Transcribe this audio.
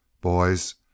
Boys